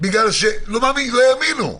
בגלל שהם לא יאמינו.